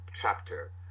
chapter